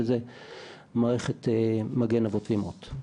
שזה מערכת "מגן אבות ואימהות".